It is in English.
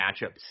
matchups